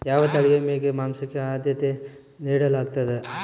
ಯಾವ ತಳಿಯ ಮೇಕೆ ಮಾಂಸಕ್ಕೆ, ಆದ್ಯತೆ ನೇಡಲಾಗ್ತದ?